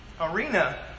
arena